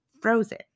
frozen